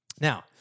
Now